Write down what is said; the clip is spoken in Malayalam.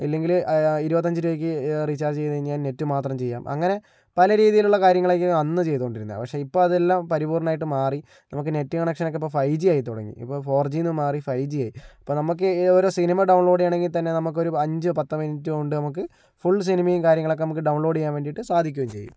ഇല്ലെങ്കില് ഇരുപത്തിയഞ്ച് രൂപക്ക് റീചാർജ് ചെയ്തുകഴിഞ്ഞാൽ നെറ്റ് മാത്രം ചെയ്യാം അങ്ങനെ പല രീതീയിലുള്ള കാര്യങ്ങളൊക്കെ അന്ന് ചെയ്തോണ്ടിരുന്നത് പക്ഷേ ഇപ്പോൾ അതെല്ലാം പരിപൂർണമായിട്ട് മാറി നമുക്ക് നെറ്റ് കണക്ഷൻ ഒക്കെ ഇപ്പോൾ ഫൈജി ആയി തുടങ്ങി ഇപ്പോൾ ഫോർജിന്നു മാറി ഫൈജി ആയി ഇപ്പോൾ നമുക്ക് ഓരോ സിനിമ ഡൗൺലോഡ് ചെയ്യണമെങ്കിൽ തന്നെ നമുക്കൊരു അഞ്ച് പത്ത് മിനിറ്റ് കൊണ്ട് നമുക്ക് ഫുൾ സിനിമയും കാര്യങ്ങളൊക്കെ നമുക്ക് ഡൌൺലോഡ് ചെയ്യാൻ വേണ്ടിട്ട് സാധിക്കുകയും ചെയ്യും